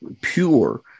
pure